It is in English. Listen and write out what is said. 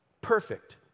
Perfect